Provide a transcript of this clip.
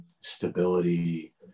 stability